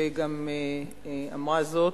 שגם אמרה זאת,